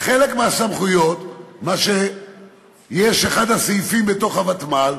חלק מהסמכויות, מה שיש באחד הסעיפים בתוך הוותמ"ל,